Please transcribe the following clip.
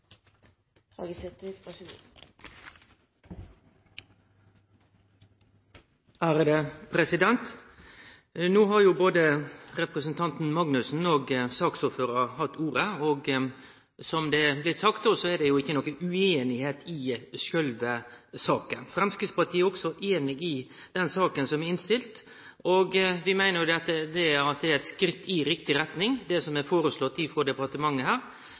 blitt sagt, er det jo ikkje noka ueinigheit i sjølve saka. Framstegspartiet er også einig i den saka som er innstilt. Vi meiner jo at det som er føreslått frå departementet, er eit skritt i riktig retning, men det